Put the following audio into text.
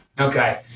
Okay